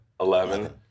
eleven